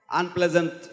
unpleasant